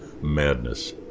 madness